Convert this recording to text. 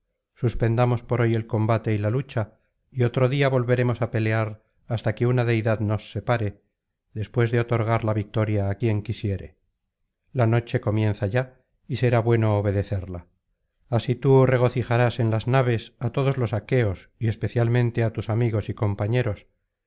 suspendamos por hoy el combate y la lucha y otro día volveremos á pelear hasta que una deidad nos separe después de otorgar la victoria á quien quisiere la noche comienza ya y será bueno obedecerla así tú regocijarás en las naves á todos los aqueos y especialmente á tus amigos y compañeros